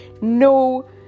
no